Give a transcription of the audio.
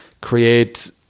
create